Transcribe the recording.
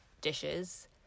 dishes